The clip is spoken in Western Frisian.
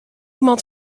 moat